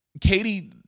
Katie